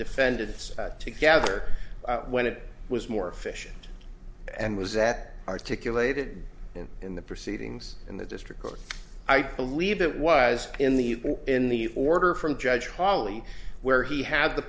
defendants together when it was more efficient and was that articulated in the proceedings in the district court i believe it was in the in the order from judge holly where he had the